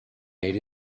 made